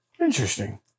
Interesting